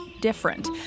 different